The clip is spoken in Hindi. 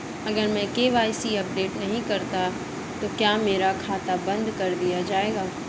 अगर मैं के.वाई.सी अपडेट नहीं करता तो क्या मेरा खाता बंद कर दिया जाएगा?